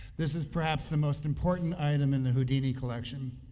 this is, perhaps, the most important item in the houdini collection.